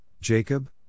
Jacob